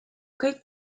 kõik